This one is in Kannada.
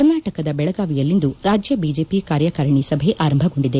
ಕರ್ನಾಟಕದ ಬೆಳಗಾವಿಯಲ್ಲಿಂದು ರಾಜ್ಯ ಬಿಜೆಪಿ ಕಾರ್ಯಕಾರಣಿ ಸಭೆ ಆರಂಭಗೊಂಡಿದೆ